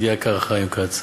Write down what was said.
ידידי היקר חיים כץ,